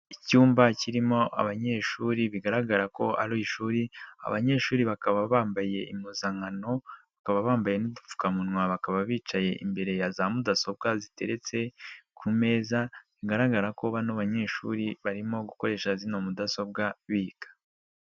Icyumba kirimo abanyeshuri bigaragara ko ari ishuri, abanyeshuri bakaba bambaye impuzankano bakaba bambaye n'udupfukamunwa bakaba bicaye imbere ya za mudasobwa ziteretse ku meza, bigaragara ko bano banyeshuri barimo gukoresha zino mudasobwa biga.